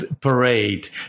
parade